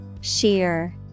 sheer